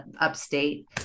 upstate